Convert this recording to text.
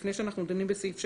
לפני שאנחנו דנים בסעיף 7,